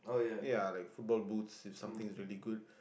ya like football boots if something is really good